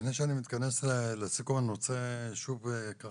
לפני שאני מתכנס לסיכום אני רוצה שוב לדבר